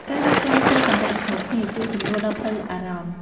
ការរៀបចំពេលសម្រាកជាមួយគ្នា ជួយសម្រួលដល់ផ្លូវអារម្មណ៍។